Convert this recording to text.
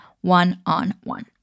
one-on-one